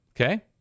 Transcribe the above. okay